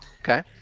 Okay